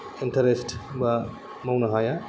interest बा मावनो हाया